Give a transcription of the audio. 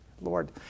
Lord